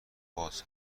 باز